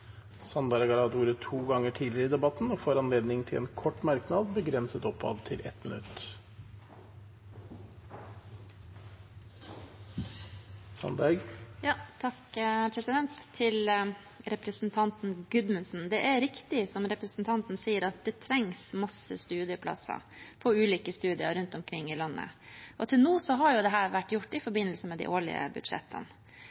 Sandberg har hatt ordet to ganger tidligere i debatten, og får ordet til en kort merknad, begrenset til 1 minutt. Til representanten Gudmundsen: Det er riktig som representanten sier, at det trengs masse studieplasser på ulike studier rundt omkring i landet. Til nå har dette vært gjort i forbindelse med de årlige budsjettene. Det Arbeiderpartiet vil, er å få opptrappingsplaner inn i